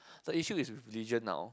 the issue is with religion now